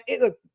look